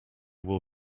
will